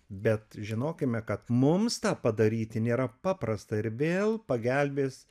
bet žinokime kad mums tą padaryti nėra paprasta ir vėl pagelbės